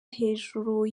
hejuru